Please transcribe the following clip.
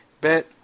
Bet